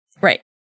Right